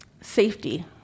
safety